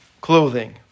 clothing